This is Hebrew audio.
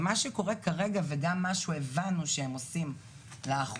ומה שקורה כרגע וגם מה שהבנו שהם עושים לאחרונה,